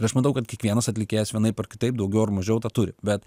ir aš matau kad kiekvienas atlikėjas vienaip ar kitaip daugiau ar mažiau tą turi bet